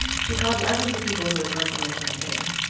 she called dozens of people who had worked on the campaign.